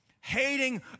Hating